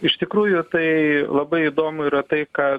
iš tikrųjų tai labai įdomu yra tai ką